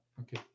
Okay